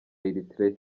eritrea